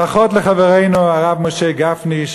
ברכות לחברנו הרב משה גפני,